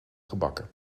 gebakken